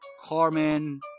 Carmen